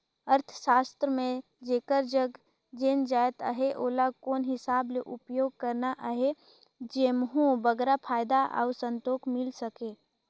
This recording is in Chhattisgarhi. अर्थसास्त्र म जेकर जग जेन जाएत अहे ओला कोन हिसाब ले उपयोग करना अहे जेम्हो बगरा फयदा अउ संतोक मिल सके